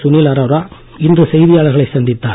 சுனில் அரோரா இன்று செய்தியாளர்களை சந்தித்தார்